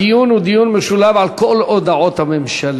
הדיון הוא דיון משולב על כל הודעות הממשלה.